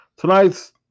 Tonight's